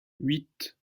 huit